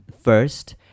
first